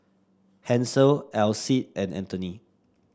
Hansel Alcide and Anthony